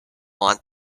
want